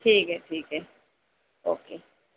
ٹھیک ہے ٹھیک ہے اوکے